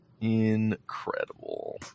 incredible